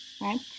right